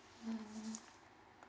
mm